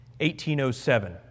1807